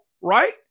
right